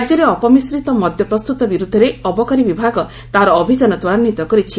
ରାଜ୍ୟରେ ଅପମିଶ୍ରିତ ମଦ୍ୟ ପ୍ରସ୍ତୁତ ବିର୍ରଦ୍ଧରେ ଅବକାରୀ ବିଭାଗ ତାହାର ଅଭିଯାନ ତ୍ୱରାନ୍ୱିତ କରିଛି